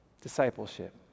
discipleship